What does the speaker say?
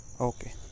okay